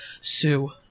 sue